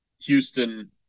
Houston